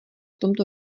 tomto